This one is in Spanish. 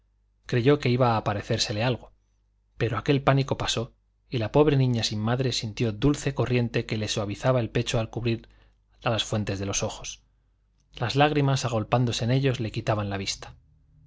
creyó que iba a aparecérsele algo pero aquel pánico pasó y la pobre niña sin madre sintió dulce corriente que le suavizaba el pecho al subir a las fuentes de los ojos las lágrimas agolpándose en ellos le quitaban la vista